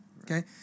Okay